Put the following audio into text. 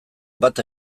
bat